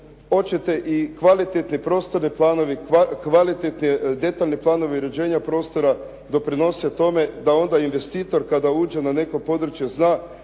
hoćete i kvalitetne prostorne planove, kvalitetne detaljne planove i uređenja prostore doprinose tome da onda investitor kada uđe na neko područje zna